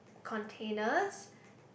containers